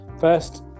first